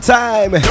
time